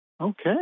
Okay